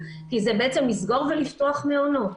כי זה בעצם לסגור ולפתוח מעונות.